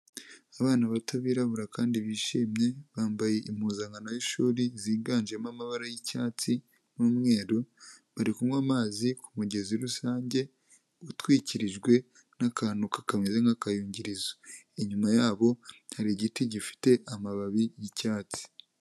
Abana bato birarabura kandi bishimye bambaye impuzankano yishuri ziganjemo amabara yicyatsi n'umweru, bari kunywa amazi kumugezi rusange utwikirijwe n'akantu kameze nk'akayungirizo, inyuma yabo hari igiti gifite amababi y'icyatsi.